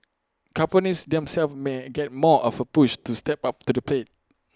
companies themselves may get more of A push to step up to the plate